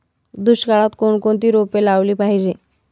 दुष्काळात कोणकोणती रोपे लावली पाहिजे?